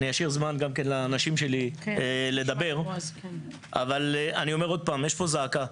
ואני אשאיר זמן לאנשים שלי לדבר, אבל יש פה זעקה,